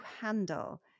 handle